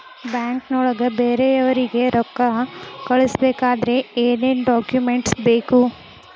ಬ್ಯಾಂಕ್ನೊಳಗ ಬೇರೆಯವರಿಗೆ ರೊಕ್ಕ ಕಳಿಸಬೇಕಾದರೆ ಏನೇನ್ ಡಾಕುಮೆಂಟ್ಸ್ ಬೇಕು?